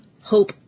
hope